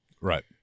Right